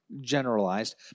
generalized